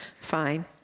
Fine